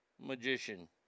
magician